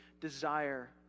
desire